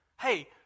Hey